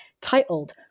titled